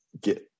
get